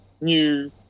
new